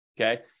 okay